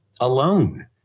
alone